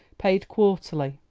paid quarterly.